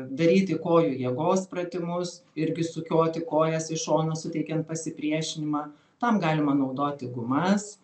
daryti kojų jėgos pratimus irgi sukioti kojas į šoną suteikiant pasipriešinimą tam galima naudoti gumas